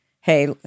hey